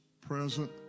present